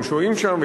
והם שוהים שם,